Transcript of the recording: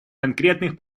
конкретных